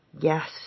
Yes